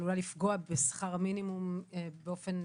עלולה לפגוע בשכר המינימום באופן